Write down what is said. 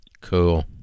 Cool